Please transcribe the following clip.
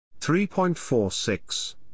3.46